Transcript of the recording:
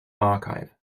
archive